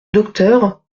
docteur